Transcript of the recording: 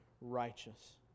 righteous